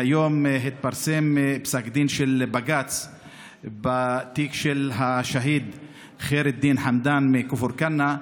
היום התפרסם פסק דין של בג"ץ בתיק של השהיד ח'יר א-דין חמדאן מכפר כנא,